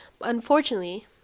Unfortunately